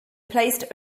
placed